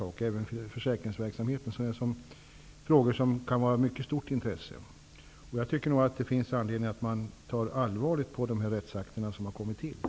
Det gäller även försäkringsverksamheten och andra frågor som kan vara av mycket stort intresse. Jag tycker nog att det finns anledning att ta tillkommande rättsakter på allvar.